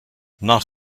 not